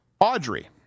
Audrey